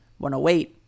108